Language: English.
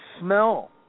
smell